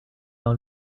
dans